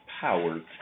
powered